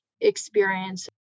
experience